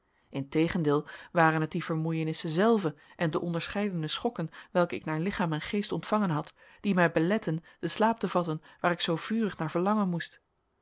integendeel waren het die vermoeienissen zelven en de onderscheidene schokken welke ik naar lichaam en geest ontvangen had die mij beletteden den slaap te vatten waar ik zoo vurig naar verlangen moest